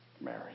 Mary